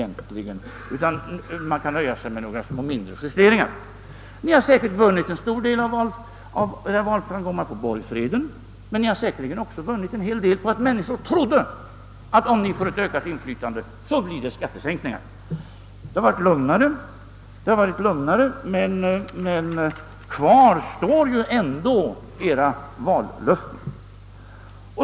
Vi får nöja oss med några smärre justeringar. Ni har säkert vunnit en stor del av valframgångarna på borgfreden men också på att människor trott, att om ni fick ökat inflytande så skulle det säkert bli skattesänkningar. Nu söker ni lugna opinionen. Men kvar står ju ändå edra vallöften.